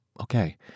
okay